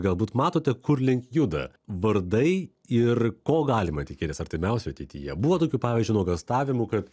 galbūt matote kur link juda vardai ir ko galima tikėtis artimiausioj ateityje buvo tokių pavyzdžiui nuogąstavimų kad